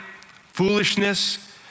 foolishness